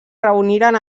reuniren